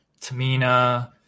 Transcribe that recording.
Tamina